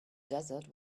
desert